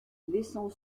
laissant